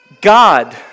God